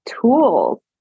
tools